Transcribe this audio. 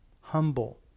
humble